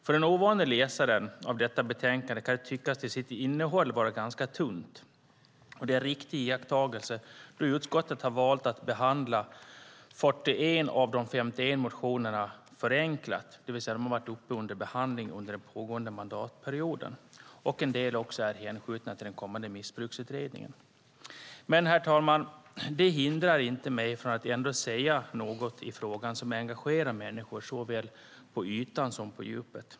För den ovana läsaren av detta betänkande kan det tyckas till sitt innehåll vara ganska tunt. Det är en riktig iakttagelse då utskottet har valt att behandla 41 av de 51 motionerna förenklat, det vill säga de har varit uppe under behandling under den pågående mandatperioden. En del är också hänskjutna till den kommande missbruksutredningen. Men, herr talman, det hindrar inte mig från att ändå säga något i den fråga som engagerar människor såväl på ytan som på djupet.